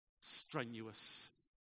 strenuous